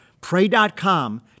Pray.com